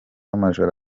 amajoro